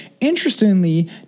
interestingly